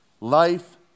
life